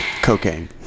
cocaine